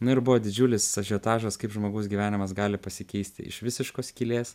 nu ir buvo didžiulis ažiotažas kaip žmogaus gyvenimas gali pasikeisti iš visiškos skylės